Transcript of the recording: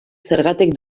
zergatik